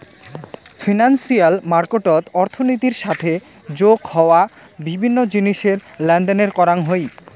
financial মার্কেটত অর্থনীতির সাথে যোগ হওয়া বিভিন্ন জিনিসের লেনদেন করাং হই